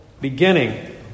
beginning